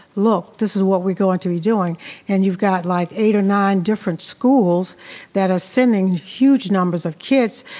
look, this is what we're going to be doing and you've got like eight or nine different schools that are sending huge numbers of kids.